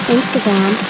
Instagram